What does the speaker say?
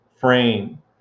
frame